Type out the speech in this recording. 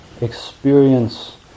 experience